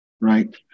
right